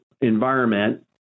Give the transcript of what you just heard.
environment